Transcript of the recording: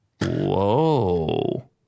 Whoa